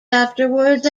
afterwards